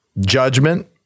judgment